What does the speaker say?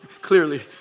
clearly